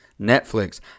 Netflix